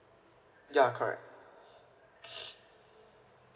ya correct